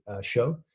show